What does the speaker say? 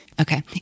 Okay